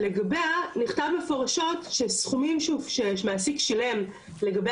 שלגביה נכתב מפורשות שסכומים שמעסיק שילם לגבי